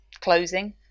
closing